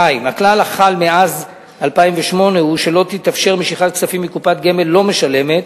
2. הכלל החל מאז 2008 הוא שלא תתאפשר משיכת כספים מקופת גמל לא משלמת.